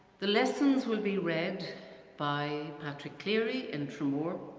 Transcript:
the lessons will be read by patrick cleary in tramore